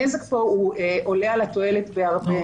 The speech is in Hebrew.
הנזק פה הוא עולה על התועלת בהרבה.